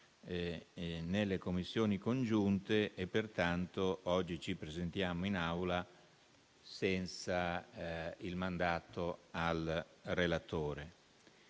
nelle Commissioni riunite e pertanto oggi ci presentiamo in Aula senza il mandato al relatore.